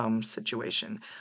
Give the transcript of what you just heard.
Situation